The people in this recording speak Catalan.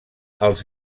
els